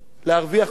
להרוויח פה כסף.